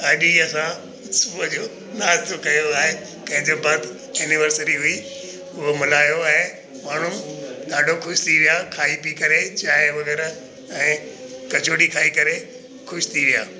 आढ़ी असां सुबुह जो नाश्तो कयो आहे कंहिंजो बर्थ एनिवर्सरी हुई उहो मल्हायो आहे माण्हू ॾाढो ख़ुशि थी विया खाई पी करे चाहिं वग़ैरह ऐं कचौड़ी खाई करे ख़ुशि थी विया